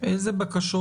אילו בקשות?